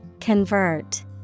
Convert